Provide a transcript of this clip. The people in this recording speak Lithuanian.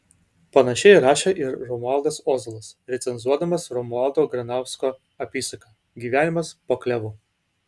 panašiai rašė ir romualdas ozolas recenzuodamas romualdo granausko apysaką gyvenimas po klevu